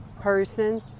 person